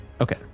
okay